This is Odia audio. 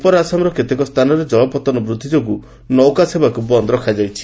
ଉପର ଆସାମର କେତେକ ସ୍ଥାନରେ ଜଳପତ୍ତନ ବୃଦ୍ଧି ଯୋଗୁଁ ନୌକା ସେବାକ୍ ବନ୍ଦ ରଖାଯାଇଛି